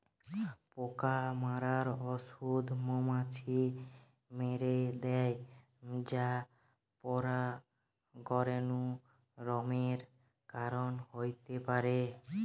পোকা মারার ঔষধ মৌমাছি মেরে দ্যায় যা পরাগরেণু কমের কারণ হতে পারে